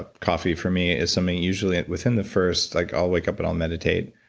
ah coffee for me is something usually within the first, like i'll wake up and i'll mediate.